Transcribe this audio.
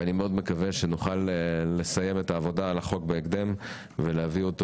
ואני מאוד מקווה שנוכל לסיים את העבודה על החוק בהקדם ולהביא אותו